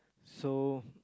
so